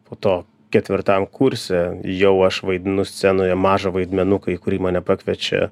po to ketvirtam kurse jau aš vaidinu scenoje mažą vaidmenuką į kurį mane pakviečia